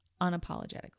unapologetically